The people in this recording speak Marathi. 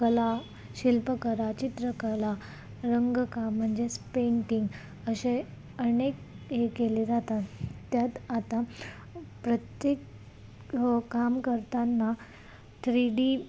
कला शिल्पकला चित्रकला रंगकाम म्हणजेच पेंटिंग असे अनेक हे केले जातात त्यात आता प्रत्येक काम करतांना थ्री डी